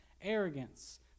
Arrogance